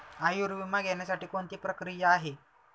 आयुर्विमा घेण्यासाठी कोणती प्रक्रिया आहे?